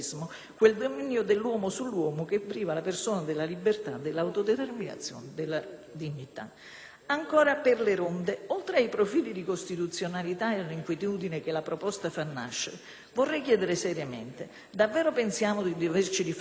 concerne le ronde, oltre ai profili di costituzionalità e all'inquietudine che la proposta fa nascere, vorrei chiedere seriamente: davvero pensiamo di doverci difendere solo all'esterno e con tutti i mezzi ( legittimi o meno) e non nelle mura domestiche italiane?